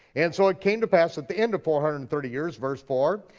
and so it came to pass at the end of four hundred and thirty years, verse four,